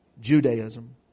Judaism